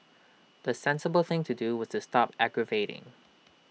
the sensible thing to do was to stop aggravating